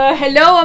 hello